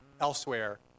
elsewhere